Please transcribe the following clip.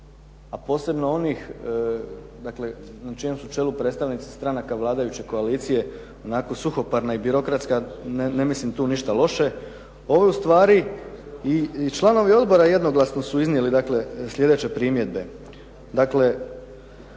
a posebno onih na čijem su čelu predstavnici stranaka vladajuće koalicije onako suhoparna i birokratska, ne mislim tu ništa loše, i članovi odbora jednoglasno su iznijeli sljedeće primjedbe. Dakle,